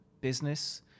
business